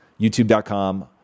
YouTube.com